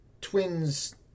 twins